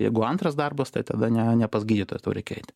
jeigu antras darbas tai tada ne ne pas gydytoją tau reikia eit